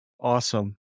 Awesome